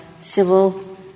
civil